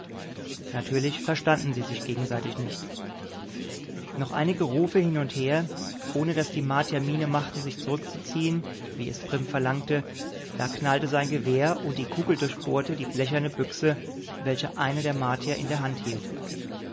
natürlich verstanden sie sich gegenseitig nicht noch einige rufe hin und her ohne daß die martier miene machten sich zurückzuziehen wie es prim verlangte da knallte sein gewehr und die kugel durchbohrte die blecherne büchse welche der eine der martier in der hand hielt